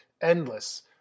endless